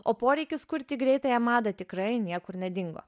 o poreikis kurti greitąją madą tikrai niekur nedingo